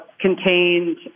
contained